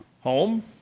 home